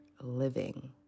living